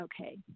okay